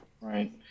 Right